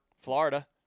Florida